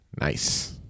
nice